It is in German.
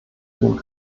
tun